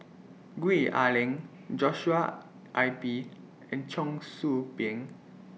Gwee Ah Leng Joshua Ip and Cheong Soo Pieng